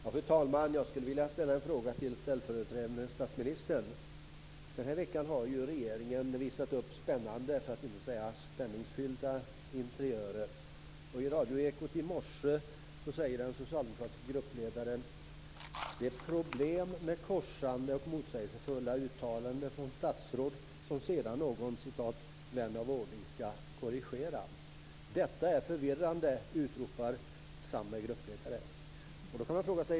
Fru talman! Jag skulle vilja ställa en fråga till ställföreträdande statsministern. Denna vecka har regeringen visat upp spännande, för att inte säga spänningsfyllda, interiörer. På Ekot i radion i morse sade den socialdemokratiske gruppledaren att det är problem med korsande och motsägelsefulla uttalanden från statsråd som sedan någon "vän av ordning" skall korrigera. Detta är förvirrande, utropar samma gruppledare.